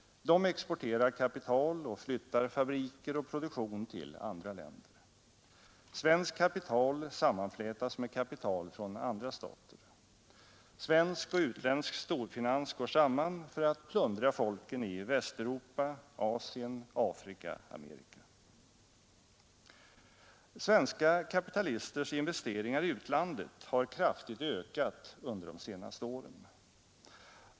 De exporterar kapital och flyttar fabriker och produktion till andra länder. Svenskt kapital sammanflätas med kapital från andra stater. Svensk och utländsk storfinans går samman för att plundra folken i Västeuropa, Asien, Afrika, Amerika. Svenska kapitalisters investeringar i utlandet har kraftigt ökat under de senaste åren.